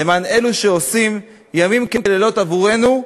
למען אלו שעושים לילות כימים עבורנו,